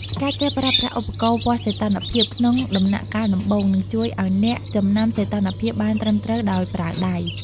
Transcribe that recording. ការចេះប្រើប្រាស់ឧបករណ៍វាស់សីតុណ្ហភាពក្នុងដំណាក់កាលដំបូង នឹងជួយឱ្យអ្នកចំណាំសីតុណ្ហភាពបានត្រឹមត្រូវដោយប្រើដៃ។